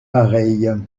pareilles